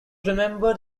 remembered